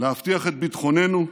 להבטיח את ביטחוננו,